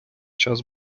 час